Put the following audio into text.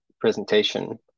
presentation